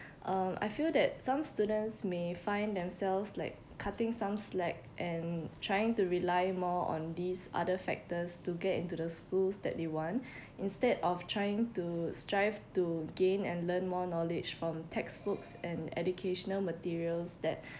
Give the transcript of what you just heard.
um I feel that some students may find themselves like cutting some slack and trying to rely more on these other factors to get into the schools that they want instead of trying to strive to gain and learn more knowledge from textbooks and educational materials that